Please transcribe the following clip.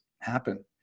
happen